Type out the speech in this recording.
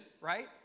right